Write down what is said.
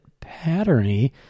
patterny